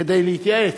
כדי להתייעץ.